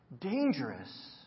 Dangerous